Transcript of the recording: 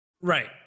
Right